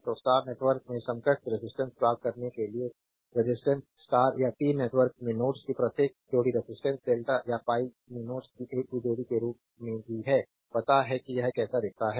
तो star network में समकक्ष रेजिस्टेंस प्राप्त करने के लिए रेजिस्टेंस स्टार या टी नेटवर्क में नोड्स की प्रत्येक जोड़ी रेजिस्टेंस डेल्टा या pi में नोड्स की एक ही जोड़ी के रूप में ही है पता है कि यह कैसा दिखता है